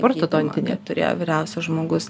ortodontinį turėjo vyriausias žmogus